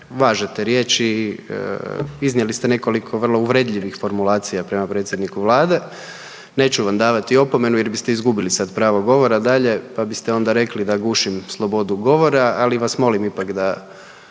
važete riječi, iznijeli ste nekoliko vrlo uvredljivih formulacija prema predsjedniku Vlade. Neću vam davati opomenu jer biste izgubili sad pravo govora dalje pa biste onda rekli da gušim slobodu govora, ali vas molim ipak da